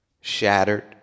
shattered